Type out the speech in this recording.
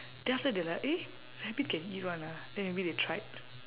then after that they like eh rabbit can eat [one] ah then maybe they tried